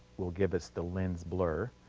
will give us the lens blur,